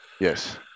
Yes